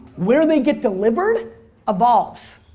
where they get delivered evolves.